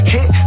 Hit